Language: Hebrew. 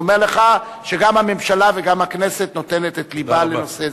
אני אומר לך שגם הממשלה וגם הכנסת נותנות את לבן לנושא זה.